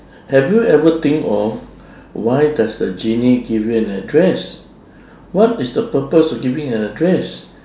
have you ever think of why does the genie give you an address what is the purpose of giving an address